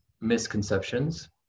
misconceptions